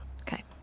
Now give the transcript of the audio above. Okay